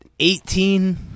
Eighteen